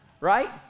Right